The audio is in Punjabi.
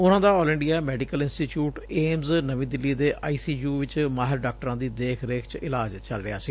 ਉਨਾਂ ਦਾ all India medical institute AIIMS ਨਵੀ ਦਿੱਲੀ ਦੇ ਆਈਸੀਯੁ ਚ ਮਾਹਿਰ ਡਾਕਟਰ ਦੀ ਦੇਖ ਰੇਖ ਚ ਇਲਾਜ ਚੱਲ ਰਿਹਾ ਸੀ